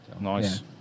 Nice